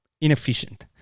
inefficient